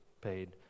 paid